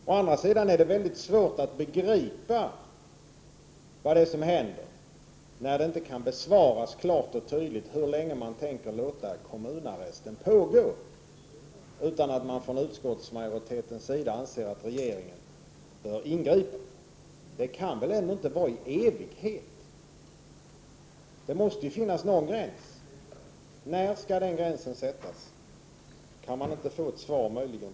Å andra sidan är det väldigt svårt att begripa vad som hänt när det inte kan besvaras klart och tydligt hur länge man tänker låta kommunarresten pågå utan att utskottsmajoriteten anser att regeringen bör ingripa. Den kan väl ändå inte pågå i evighet. Det måste ju finnas någon gräns, och när skall den gränsen sättas? Kan man möjligen få ett svar på den frågan?